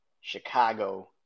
Chicago